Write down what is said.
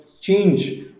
change